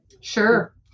Sure